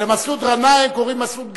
ולמסעוד ע'נאים קוראים מסעוד גנאים.